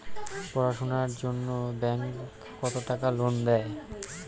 পড়াশুনার জন্যে ব্যাংক কত টাকা লোন দেয়?